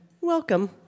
Welcome